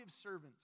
servants